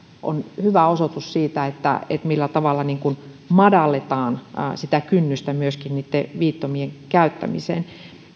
on hyvä osoitus siitä millä tavalla madalletaan kynnystä myöskin viittomien käyttämiseen